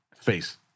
face